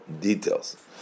details